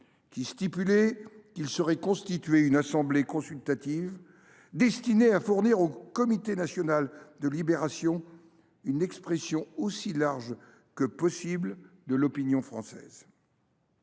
qui disposait qu’il serait constitué une assemblée consultative destinée à fournir au Comité français de libération nationale (CFLN) une expression aussi large que possible de l’opinion française.